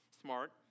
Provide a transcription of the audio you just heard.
Smart